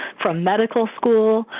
from medical school,